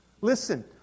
Listen